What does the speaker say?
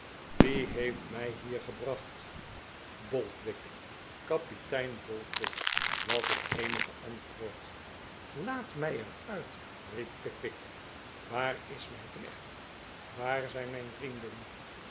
wie heeft mij hier gebracht boldwig kapitein boldwig was het eenige antwoord r laat mij er uit riep pickwick waar is mijn knecht waar zijn mijn vrienden